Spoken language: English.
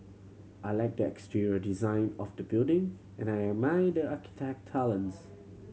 I like the exterior design of the building and I admire the architect talents